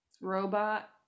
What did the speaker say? robot